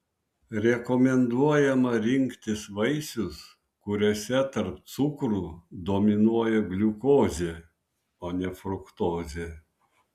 rekomenduojama rinktis vaisius kuriuose tarp cukrų dominuoja gliukozė o ne fruktozė